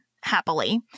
happily